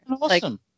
awesome